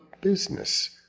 business